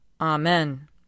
Amen